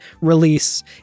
release